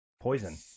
Poison